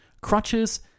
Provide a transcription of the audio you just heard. crutches